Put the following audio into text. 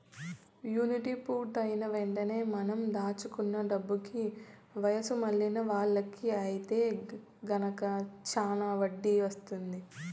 annuity పూర్తయిన వెంటనే మనం దాచుకున్న డబ్బుకి వయసు మళ్ళిన వాళ్ళకి ఐతే గనక శానా వడ్డీ వత్తుంది